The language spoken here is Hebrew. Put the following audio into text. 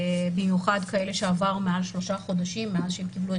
במיוחד כאלה שעברו מעל שלושה חודשים מאז שהם קיבלו אל